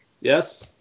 Yes